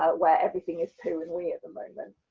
ah where everything is poo and wee and moment.